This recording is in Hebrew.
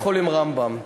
רמב"ם.